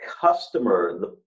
customer